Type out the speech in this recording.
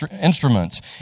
instruments